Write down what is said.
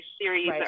series